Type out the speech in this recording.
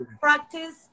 practice